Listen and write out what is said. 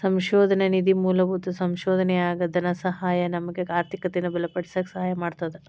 ಸಂಶೋಧನಾ ನಿಧಿ ಮೂಲಭೂತ ಸಂಶೋಧನೆಯಾಗ ಧನಸಹಾಯ ನಮಗ ಆರ್ಥಿಕತೆಯನ್ನ ಬಲಪಡಿಸಕ ಸಹಾಯ ಮಾಡ್ತದ